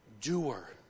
doer